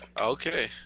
okay